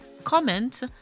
comment